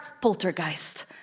poltergeist